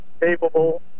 capable